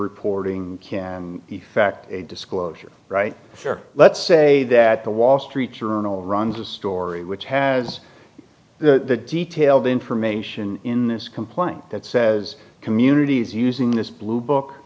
reporter can effect a disclosure right here let's say that the wall street journal runs a story which has the detail the information in this complaint that says communities using this blue book